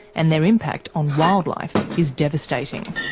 and their impact on wildlife is devastating.